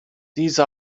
these